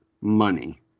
money